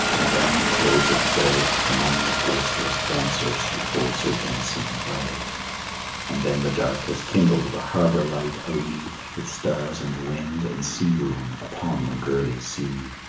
and down the close of day among the boisterous dancers she holds her dancing way and then the dark has kindled the harbor light alee, with stars and wind and sea-room upon the gurly sea.